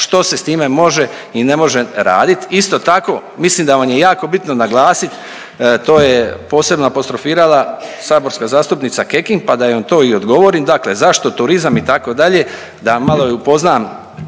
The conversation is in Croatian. što se s time može i ne može radit. Isto tako mislim da vam je jako bitno naglasit, to je posebno apostrofirala saborska zastupnica Kekin pa da joj to i odgovorim. Dakle zašto turizam itd. da malo je upoznam